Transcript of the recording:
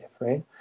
right